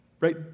right